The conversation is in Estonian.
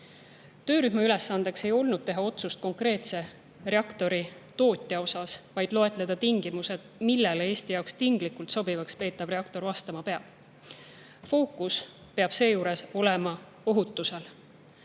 Töörühma ülesanne ei olnud teha otsust konkreetse reaktori tootja kohta, vaid loetleda tingimused, millele Eestile tinglikult sobivaks peetav reaktor vastama peab. Fookus peab seejuures olema ohutusel,